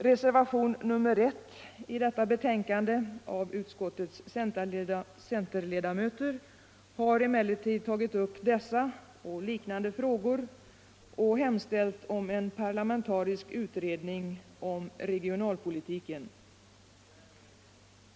Reservationen I i detta betänkande av utskottets centerledamöter har emellertid tagit upp dessa och liknande frågor och hemställt om en parlamentarisk utredning om regionalpolitiken.